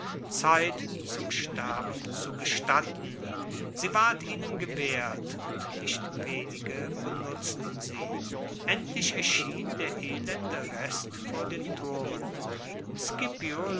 zeit zum sterben zu gestatten sie ward ihnen gewährt und nicht wenige benutzten sie endlich erschien der elende rest vor den toren